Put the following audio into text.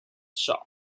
shop